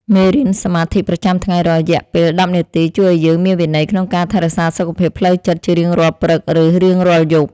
មេរៀនសមាធិប្រចាំថ្ងៃរយៈពេលដប់នាទីជួយឱ្យយើងមានវិន័យក្នុងការថែរក្សាសុខភាពផ្លូវចិត្តជារៀងរាល់ព្រឹក ឬ រៀងរាល់យប់។